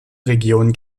region